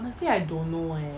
honestly I don't know eh